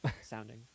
sounding